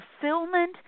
fulfillment